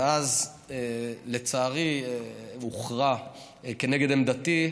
ואז לצערי הוכרע כנגד עמדתי,